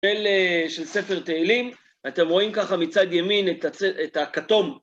של ספר תהלים, אתם רואים ככה מצד ימין את הכטום.